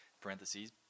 parentheses